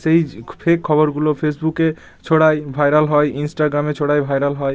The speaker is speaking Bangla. সেই যে ফেক খবরগুলো ফেসবুকে ছড়াই ভাইরাল হয় ইনস্টাগ্রামে ছড়ায় ভাইরাল হয়